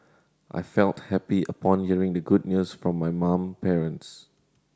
I felt happy upon hearing the good news from my mom parents